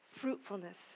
fruitfulness